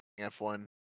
F1